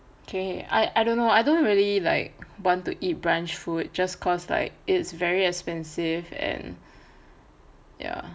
okay I don't know I don't really like want to eat brunch food just cause like it's very expensive and ya